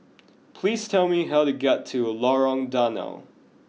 please tell me how to get to Lorong Danau